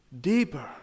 deeper